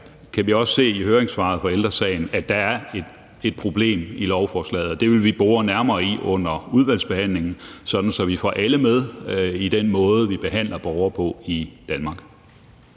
kan vi også se i høringssvaret fra Ældre Sagen, at der er et problem i lovforslaget, og det vil vi bore nærmere i under udvalgsbehandlingen, sådan at vi får alle med i den måde, vi behandler borgere på i Danmark.